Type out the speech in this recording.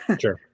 sure